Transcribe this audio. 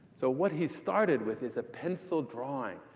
so what he started with is a pencil drawing,